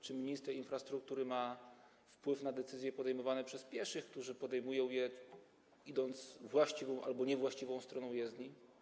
Czy minister infrastruktury ma wpływ na decyzje podejmowane przez pieszych, którzy podejmują je idąc właściwą albo niewłaściwą stroną jezdni?